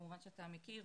כמובן שאתה מכיר,